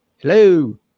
Hello